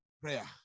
Prayer